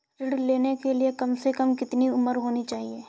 ऋण लेने के लिए कम से कम कितनी उम्र होनी चाहिए?